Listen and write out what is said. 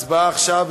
הצבעה עכשיו.